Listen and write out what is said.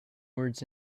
words